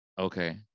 Okay